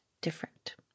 different